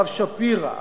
הרב שפירא,